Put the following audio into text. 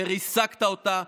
וריסקת אותה,